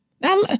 Now